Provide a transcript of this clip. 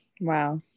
Wow